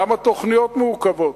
גם התוכניות מעוכבות.